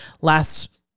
last